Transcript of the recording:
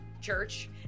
church